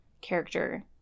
character